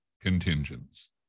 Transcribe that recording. contingents